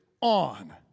on